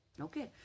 Okay